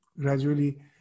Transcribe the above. gradually